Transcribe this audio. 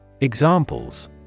Examples